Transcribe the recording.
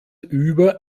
über